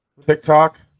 TikTok